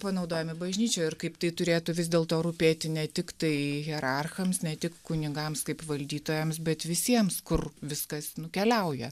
panaudojami bažnyčioj ir kaip tai turėtų vis dėlto rūpėti ne tiktai hierarchams ne tik kunigams kaip valdytojams bet visiems kur viskas nukeliauja